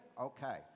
Okay